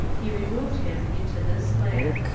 he removed him into this land,